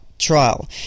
trial